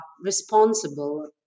responsible